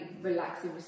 relaxing